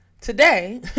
today